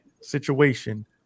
situation